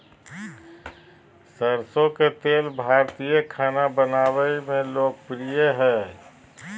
सरसो के तेल भारतीय खाना बनावय मे लोकप्रिय हइ